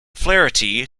flaherty